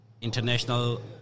international